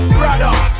brother